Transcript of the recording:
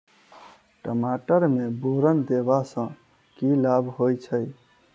टमाटर मे बोरन देबा सँ की लाभ होइ छैय?